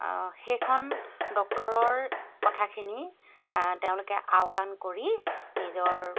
সেইখন ডক্টৰৰ কথাখিনি তেওঁলোকে আওকাণ কৰি নিজৰ